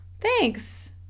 Thanks